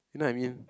you know what I mean